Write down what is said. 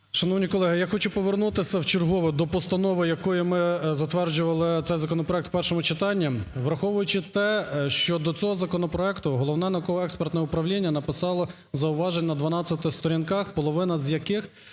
Шановні колеги, я хочу повернутися вчергове до постанови, якою ми затверджували цей законопроект в першому читанні. Враховуючи те, що до цього законопроекту Головне науково-експертне управління написало зауважень на 12 сторінках, половина з яких